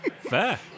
Fair